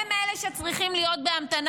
הם אלה שצריכים להיות בהמתנה?